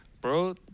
Bro